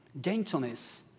Gentleness